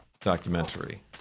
documentary